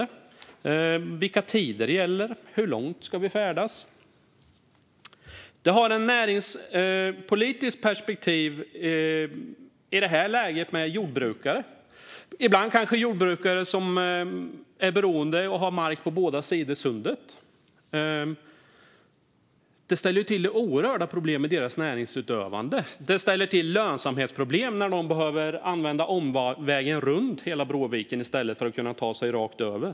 De vet inte vilka tider som gäller eller hur långt de ska färdas. Det finns ett näringspolitiskt perspektiv - i detta läge när det gäller jordbrukare. Ibland kanske jordbrukare är beroende av detta eftersom de har mark på båda sidor sundet. Det ställer till oerhörda problem i deras näringsutövande. Det ställer till lönsamhetsproblem när någon behöver ta omvägen runt hela Bråviken i stället för att ta sig rakt över.